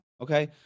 okay